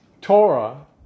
Torah